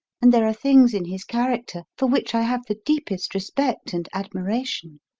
and there are things in his character for which i have the deepest respect and admiration.